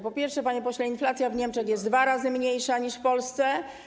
Po pierwsze, panie pośle, inflacja w Niemczech jest dwa razy niższa niż w Polsce.